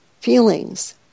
feelings